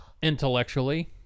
Intellectually